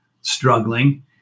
struggling